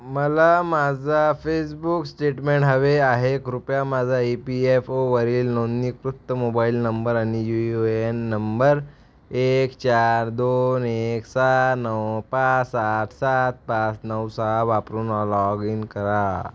मला माझा Facebook statement हवे आहे कृपया माझा ए पी एफ ओवरील नोंदणीकृत मोबाईल नंबर आणि U U A N number एक चार दोन एक सहा नऊ पाच सात सात पाच नऊ सहा वापरून लॉग इन करा